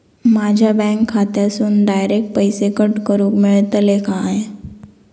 माझ्या बँक खात्यासून डायरेक्ट पैसे कट करूक मेलतले काय?